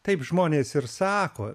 taip žmonės ir sako